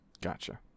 Gotcha